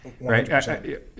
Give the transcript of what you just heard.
right